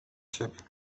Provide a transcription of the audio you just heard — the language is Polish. siebie